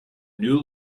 new